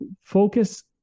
focus